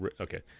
okay